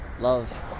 love